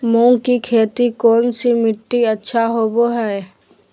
मूंग की खेती कौन सी मिट्टी अच्छा होबो हाय?